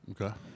Okay